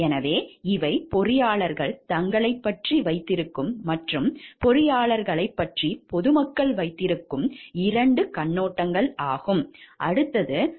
எனவே இவை பொறியாளர்கள் தங்களைப் பற்றி வைத்திருக்கும் மற்றும் பொறியாளர்களைப் பற்றி பொது மக்கள் வைத்திருக்கும் 2 கண்ணோட்டங்கள்